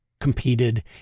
competed